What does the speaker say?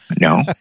No